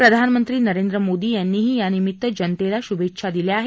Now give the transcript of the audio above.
प्रधानमंत्री नरेंद्र मोदी यांनीही यानिमित्त जनतेला शुभेच्छा दिल्या आहेत